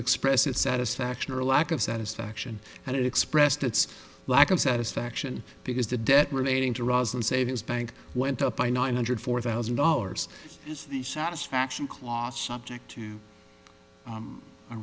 express its satisfaction or lack of satisfaction and it expressed its lack of satisfaction because the debt relating to roslan savings bank went up by nine hundred four thousand dollars is the satisfaction closs object to